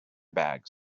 bags